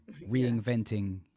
reinventing